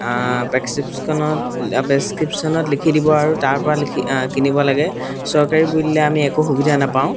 প্ৰেক্সক্ৰিপশনত প্ৰেচক্ৰিপশ্যনত লিখি দিব আৰু তাৰপৰা লিখি কিনিব লাগে চৰকাৰী বুলিলে আমি একো সুবিধা নাপাওঁ